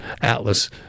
Atlas